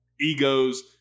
egos